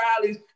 rallies